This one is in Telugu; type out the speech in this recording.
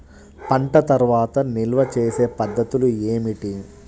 పంట తర్వాత నిల్వ చేసే పద్ధతులు ఏమిటి?